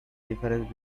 difference